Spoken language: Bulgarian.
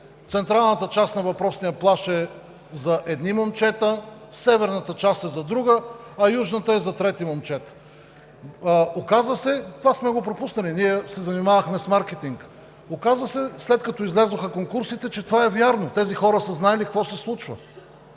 Централната част на въпросния плаж е за едни момчета, Северната част е за други, а Южната е за трети момчета. Това сме го пропуснали, ние се занимавахме с маркетинг. Оказа се, след като излязоха конкурсите, че това е вярно – тези хора са знаели какво се случва.